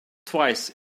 twice